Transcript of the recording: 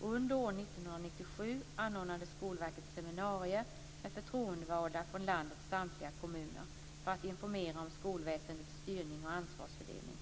Under år 1997 anordnade Skolverket seminarier med förtroendevalda från landets samtliga kommuner för att informera om skolväsendets styrning och ansvarsfördelning.